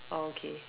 oh okay